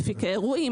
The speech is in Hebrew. מפיקי אירועי,